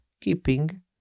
keeping